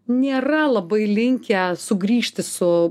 nėra labai linkę sugrįžti su